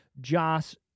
Joss